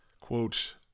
Quote